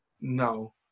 no